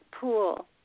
pool